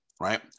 Right